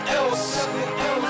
else